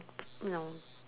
no